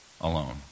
alone